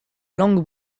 langue